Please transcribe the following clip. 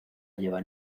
lleva